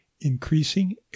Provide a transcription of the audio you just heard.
Increasing